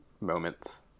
moments